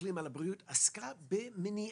והאקלים על הבריאות, עסקה במניעה.